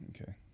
Okay